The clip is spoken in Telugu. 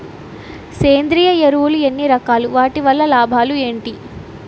సేంద్రీయ ఎరువులు ఎన్ని రకాలు? వాటి వల్ల లాభాలు ఏంటి?